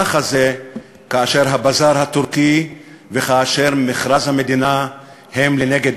ככה זה כאשר הבזאר הטורקי וכאשר מכרז המדינה הם לנגד